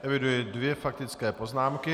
Eviduji dvě faktické poznámky.